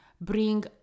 bring